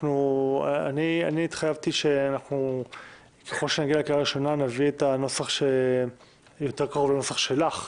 התחייבתי שנביא את הנוסח שקרוב יותר לנוסח שלך,